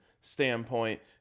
standpoint